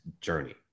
journey